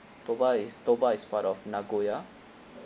toba is toba is part of nagoya